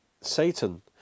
Satan